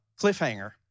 cliffhanger